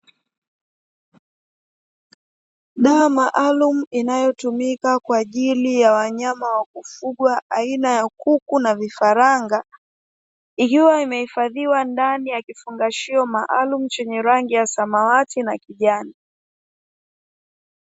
Dawa maalumu, inayotumika kwa ajili ya wanyama wa kufugwa aina ya kuku na vifaranga. Ikiwa imehifadhiwa ndani ya kifungashio maalumu, chenye rangi ya samawati na kijani.